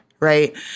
Right